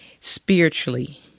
spiritually